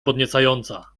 podniecająca